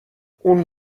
اون